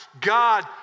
God